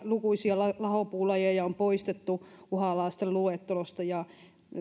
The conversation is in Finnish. lukuisia lahopuulajeja on poistettu uhanalaisten luettelosta tai